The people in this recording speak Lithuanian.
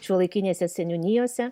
šiuolaikinėse seniūnijose